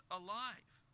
alive